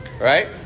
Right